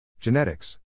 Genetics